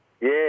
Yes